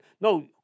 No